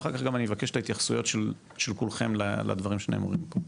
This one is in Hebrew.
ואח"כ אני גם אבקש את ההתייחסויות של כולכם לדברים שנאמרים פה.